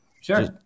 Sure